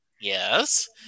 yes